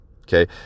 okay